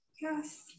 Yes